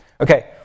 Okay